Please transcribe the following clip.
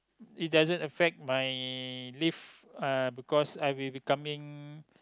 it doesn't affect my leave uh because I will be coming